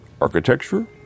architecture